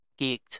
geeked